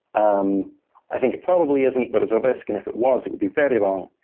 um i think it probably isn't, but there's a risk, and if it was, it would be very wrong.